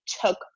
took